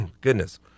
Goodness